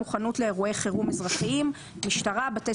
מוכנות לאירועי חירום אזרחיים; משטרה; בתי